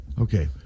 Okay